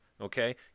Okay